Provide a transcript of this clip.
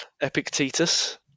Epictetus